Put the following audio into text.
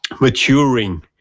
maturing